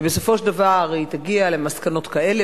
ובסופו של דבר היא תגיע למסקנות כאלה,